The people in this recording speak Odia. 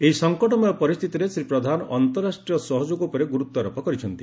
ଏହି ସଂକଟମୟ ପରିସ୍ଥିତିରେ ଶ୍ରୀ ପ୍ରଧାନ ଅନ୍ତରାଷ୍ଟ୍ରୀୟ ସହଯୋଗ ଉପରେ ଗୁରୁତ୍ୱାରୋପ କରିଛନ୍ତି